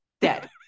Dead